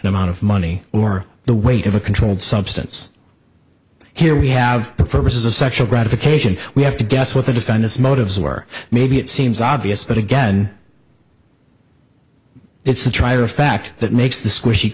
the amount of money or the weight of a controlled substance here we have the purposes of sexual gratification we have to guess what the defendants motives were maybe it seems obvious but again it's a trier of fact that makes the squishy